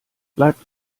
bleibt